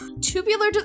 Tubular